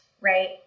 Right